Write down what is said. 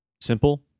Simple